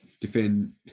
defend